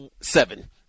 seven